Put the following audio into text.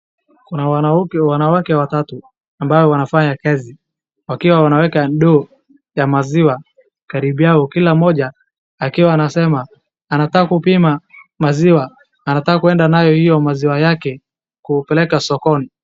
Kuna wanawake watatu ambao wanafanya kazi wakiwa wanaweka ndoo ya maziwa karibu yao kila mmoja akiwa anasema anataka kupima maziwa anataka kuenda nayo hiyo maziwa yake kupeleka sokoni.